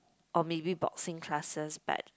or maybe boxing classes but